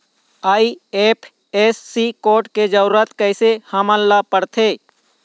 IFSC code के जरूरत कैसे हमन ला पड़थे?